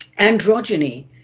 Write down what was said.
androgyny